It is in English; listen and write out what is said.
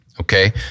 okay